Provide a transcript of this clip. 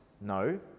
no